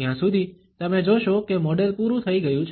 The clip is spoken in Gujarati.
ત્યાં સુધી તમે જોશો કે મોડેલ પૂરુ થઈ ગયું છે